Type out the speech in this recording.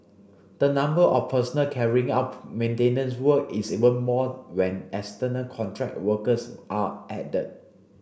the number of personnel carrying out maintenance work is even more when external contract workers are added